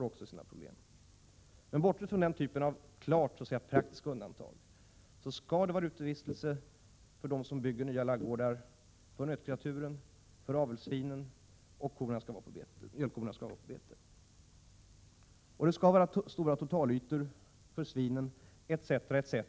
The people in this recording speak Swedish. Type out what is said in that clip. Bortsett från denna typ av undantag av klart praktiska skäl gäller emellertid att de som bygger nya ladugårdar skall ha nötkreatur och mjölkkor ute på bete, att det skall vara stora totalytor för svinen när man bygger nya stallar etc.